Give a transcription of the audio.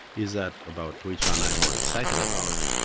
is that about which one i'm more excited about.